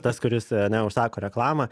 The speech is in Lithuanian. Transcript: tas kuris ane užsako reklamą